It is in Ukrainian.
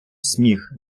сміх